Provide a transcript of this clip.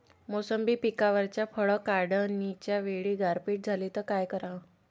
मोसंबी पिकावरच्या फळं काढनीच्या वेळी गारपीट झाली त काय कराव?